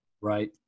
right